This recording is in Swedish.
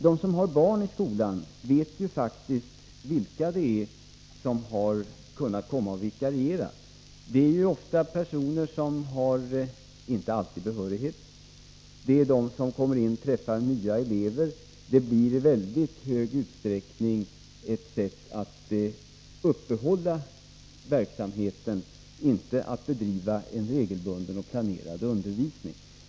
De som har barn i skolan vet vilka som har kunnat vikariera. Det är fråga om personer som inte alltid har behörighet, och när de kommer möter de ofta för dem nya elever. Det blir i mycket hög utsträckning fråga om ett sätt att uppehålla verksamheten, inte att bedriva en regelbunden och planerad undervisning.